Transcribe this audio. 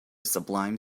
sublime